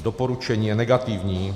Doporučení je negativní.